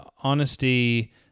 Honesty